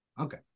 Okay